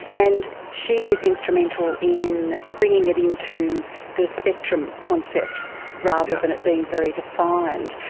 and she was instrumental in bringing it into the spectrum concept rather than it being very defined.